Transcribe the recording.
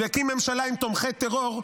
והקים ממשלה עם תומכי טרור,